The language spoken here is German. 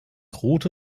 rote